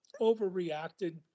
overreacted